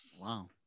Wow